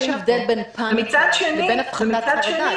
יש הבדל בין פניקה לבין הפחתת חרדה.